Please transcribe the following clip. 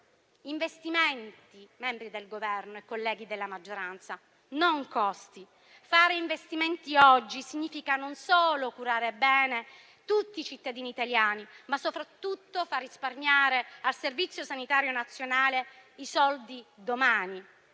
investimenti, signori membri del Governo e colleghi della maggioranza, non costi; fare investimenti oggi significa non solo curare bene tutti i cittadini italiani, ma soprattutto far risparmiare al Servizio sanitario nazionale i soldi domani.